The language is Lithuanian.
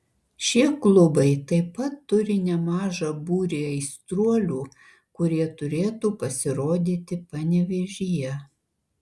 šie klubai taip pat turi nemažą būrį aistruolių kurie turėtų pasirodyti panevėžyje